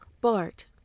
Bart